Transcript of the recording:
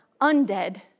undead